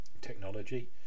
Technology